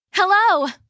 Hello